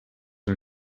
and